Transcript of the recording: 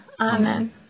Amen